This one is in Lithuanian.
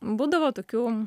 būdavo tokių